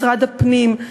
משרד הפנים,